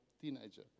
teenager